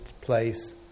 place